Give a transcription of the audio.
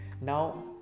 now